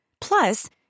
Plus